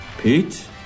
Pete